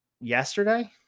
yesterday